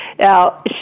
Now